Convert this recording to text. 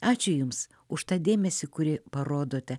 ačiū jums už tą dėmesį kuri parodote